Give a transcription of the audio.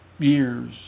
Years